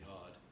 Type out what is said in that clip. hard